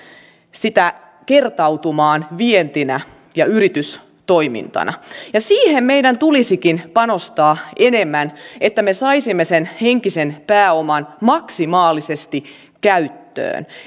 sitä kertautumaan vientinä ja yritystoimintana siihen meidän tulisikin panostaa enemmän että me saisimme sen henkisen pääoman maksimaalisesti käyttöön